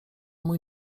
mój